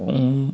हो